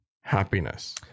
happiness